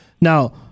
Now